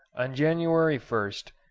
on january first,